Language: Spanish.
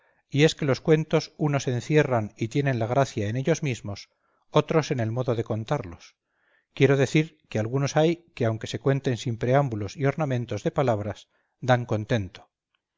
y es que los cuentos unos encierran y tienen la gracia en ellos mismos otros en el modo de contarlos quiero decir que algunos hay que aunque se cuenten sin preámbulos y ornamentos de palabras dan contento